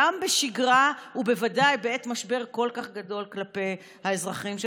גם בשגרה ובוודאי בעת משבר כל כך גדול כלפי האזרחים שלהם.